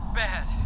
bad